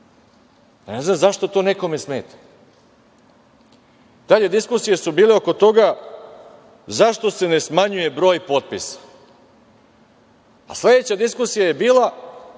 Ne znam zašto to nekome smeta? Dalje diskusije su bile oko toga zašto se ne smanjuje broj potpisa? Sledeća diskusija je bila